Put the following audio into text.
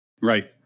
Right